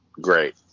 great